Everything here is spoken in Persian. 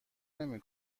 نمی